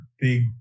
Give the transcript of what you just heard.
big